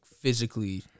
physically